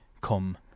come